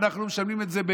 ואנחנו משלמים את זה,